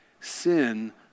sin